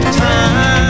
time